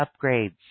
upgrades